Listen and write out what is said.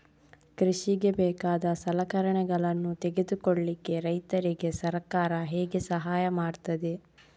ಕೃಷಿಗೆ ಬೇಕಾದ ಸಲಕರಣೆಗಳನ್ನು ತೆಗೆದುಕೊಳ್ಳಿಕೆ ರೈತರಿಗೆ ಸರ್ಕಾರ ಹೇಗೆ ಸಹಾಯ ಮಾಡ್ತದೆ?